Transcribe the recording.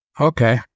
Okay